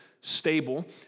stable